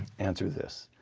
answer this.